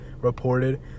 reported